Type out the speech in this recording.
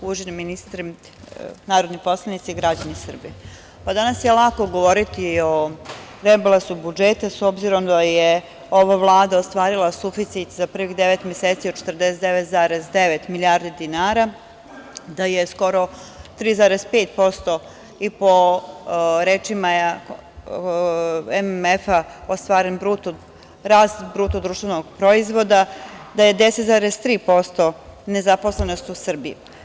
Uvaženi ministre, narodni poslanici i građani Srbije, danas je lako govoriti o rebalansu budžeta, s obzirom da je ova Vlada ostvarila suficit za prvih devet meseci od 49,9 milijardi dinara, da je skoro 3,5%, i po rečima MMF, ostvaren rast bruto društvenog proizvoda, da je 10,3% nezaposlenost u Srbiji.